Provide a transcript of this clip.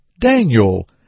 Daniel